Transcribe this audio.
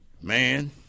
Man